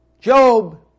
Job